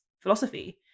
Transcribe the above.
philosophy